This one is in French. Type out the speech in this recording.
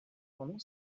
pendant